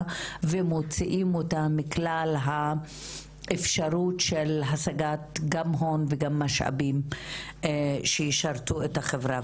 ומוציאים אותה מכלל האפשרות של השגת הון וגם משאבים שישרתו את החברה,